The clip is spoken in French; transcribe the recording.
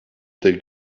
tels